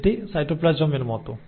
এটি সাইটোপ্লাজমের মতো